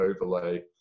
overlay